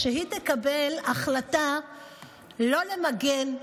כשהיא תקבל החלטה לא למגן,